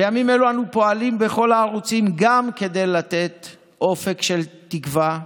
בימים אלו אנו פועלים בכל הערוצים גם כדי לתת אופק של תקווה,